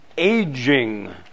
aging